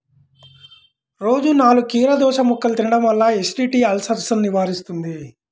రోజూ నాలుగు కీరదోసముక్కలు తినడం వల్ల ఎసిడిటీ, అల్సర్సను నివారిస్తుంది